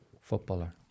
footballer